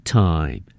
time